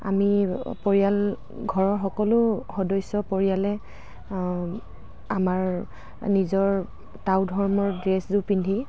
আমি পৰিয়াল ঘৰৰ সকলো সদস্য পৰিয়ালে আমাৰ নিজৰ টাও ধৰ্মৰ ড্ৰেছজোৰ পিন্ধি